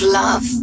love